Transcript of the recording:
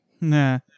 Nah